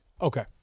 Okay